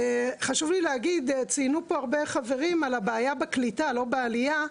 חברים רבים פה ציינו את הבעיה בקליטה, לא בעלייה.